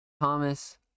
Thomas